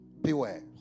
Beware